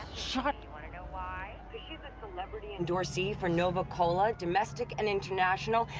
shut. you and know why, cause she's a celebrity endorsee for nova cola, domestic, and international,